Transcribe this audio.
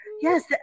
Yes